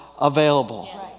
available